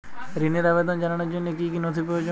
ঋনের আবেদন জানানোর জন্য কী কী নথি প্রয়োজন?